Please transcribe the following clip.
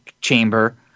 chamber